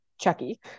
chucky